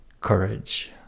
courage